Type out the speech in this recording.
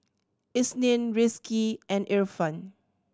Isnin Rizqi and Irfan